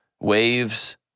waves